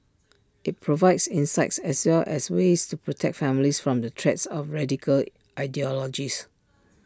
IT provides insights as well as ways to protect families from the threats of radical ideologies